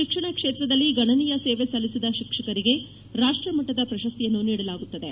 ಶಿಕ್ಷಣ ಕ್ಷೇತ್ರದಲ್ಲಿ ಗಣನೀಯ ಸೇವೆ ಸಲ್ಲಿಸಿದ ಶಿಕ್ಷಕರಿಗೆ ರಾಷ್ಟಮಟ್ಟದ ಪ್ರಶಸ್ತಿಯನ್ನು ನೀಡಲಾಗುತ್ತದೆ